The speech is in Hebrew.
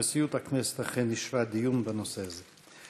נשיאות הכנסת אכן אישרה דיון בנושא הזה.